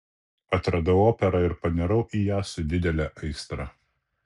atradau operą ir panirau į ją su didele aistra